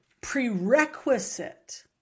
prerequisite